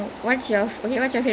what what do you think of vikram